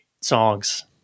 songs